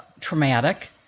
traumatic